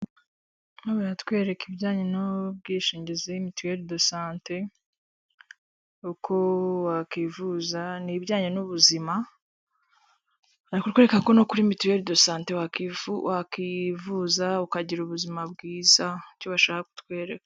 Baratwereka ibijyanye n'ubwishingizi mituwere do sante, uko wakwivuzaye ni ibijyanye n'ubuzima bari kutwereka no kuri mituwere do sante wakwivuza ukagira ubuzima bwiza nicyo bashaka kutwekana.